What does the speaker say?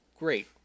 great